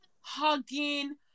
hugging